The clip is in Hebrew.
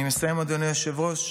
אני מסיים, אדוני היושב-ראש.